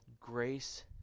grace